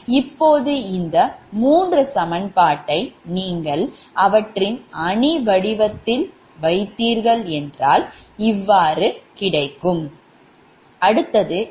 இப்போது இந்த 3 சமன்பாட்டை நீங்கள் அவற்றை அணி வடிவத்தில் வைத்தீர்கள் என்றால் Va Vb Vc 1 1 1 2 1 2 1 Va1 Va2 Va0 ஆகும்